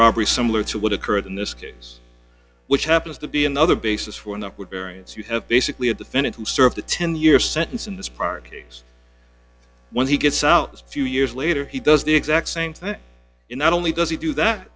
robbery similar to what occurred in this case which happens to be another basis for an upward variance you have basically a defendant who served a ten year sentence in this park case when he gets out a few years later he does the exact same thing in not only does he do that